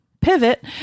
pivot